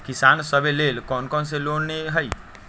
किसान सवे लेल कौन कौन से लोने हई?